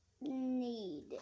need